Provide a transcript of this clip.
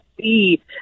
see